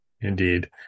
indeed